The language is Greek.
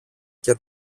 και